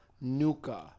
Nuka